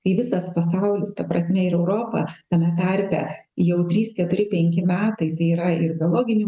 kai visas pasaulis ta prasme ir europa tame tarpe jau trys keturi penki metai tai yra ir biologinių